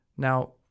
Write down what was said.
Now